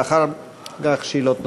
ואחר כך שאלות נוספות.